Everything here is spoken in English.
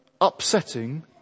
upsetting